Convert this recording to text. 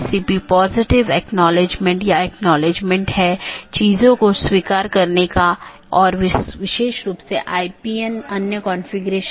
इसलिए मैं एकल प्रविष्टि में आकस्मिक रूटिंग विज्ञापन कर सकता हूं और ऐसा करने में यह मूल रूप से स्केल करने में मदद करता है